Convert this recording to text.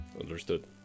Understood